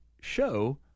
show